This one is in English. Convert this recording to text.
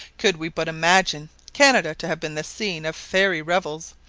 could we but imagine canada to have been the scene of fairy revels,